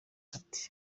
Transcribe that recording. ati